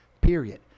period